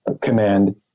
command